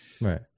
Right